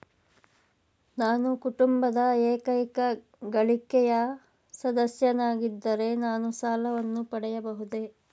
ನಾನು ಕುಟುಂಬದ ಏಕೈಕ ಗಳಿಕೆಯ ಸದಸ್ಯನಾಗಿದ್ದರೆ ನಾನು ಸಾಲವನ್ನು ಪಡೆಯಬಹುದೇ?